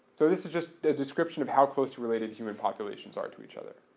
so this is just the description of how closely related human populations are to each other.